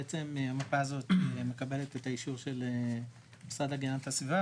המפה הזאת מקבלת את האישור של המשרד להגנת הסביבה,